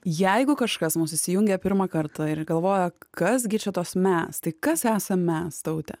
jeigu kažkas mus įsijungia pirmą kartą ir galvoja kas gi čia tos mes tai kas esam mes taute